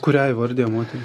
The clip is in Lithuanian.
kurią įvardija moterį